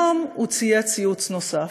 היום הוא צייץ ציוץ נוסף.